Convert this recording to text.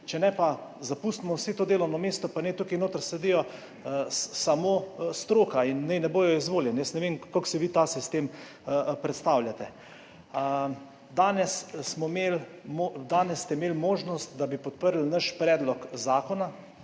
Če ne, pa zapustimo vsi to delovno mesto pa naj tukaj notri sedi samo stroka in naj ne bodo izvoljeni. Jaz ne vem, kako si vi ta sistem predstavljate. Danes ste imeli možnost, da bi podprli naš predlog zakona,